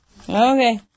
Okay